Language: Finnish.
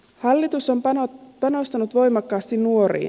hallitus on panostanut voimakkaasti nuoriin